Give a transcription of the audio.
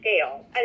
scale